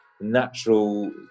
natural